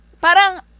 Parang